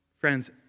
friends